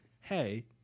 hey